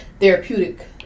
therapeutic